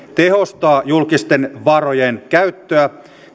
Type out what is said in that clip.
tehostaa julkisten varojen käyttöä